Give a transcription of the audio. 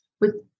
with-